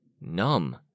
numb